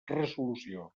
resolució